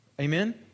Amen